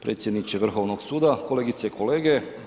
Predsjedniče Vrhovnog suda, kolegice i kolege.